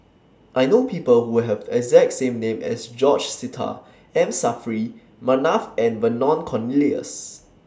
I know People Who Have The exact name as George Sita M Saffri Manaf and Vernon Cornelius